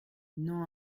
non